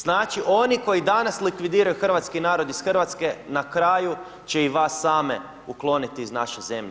Znači, oni koji danas likvidiraju hrvatski narod iz Hrvatske, na kraju će i vas same ukloniti iz naše zemlje.